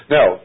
Now